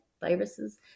viruses